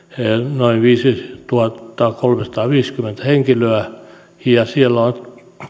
noin viisituhattakolmesataaviisikymmentä henkilöä ja siellä on